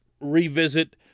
revisit